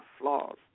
flaws